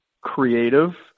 creative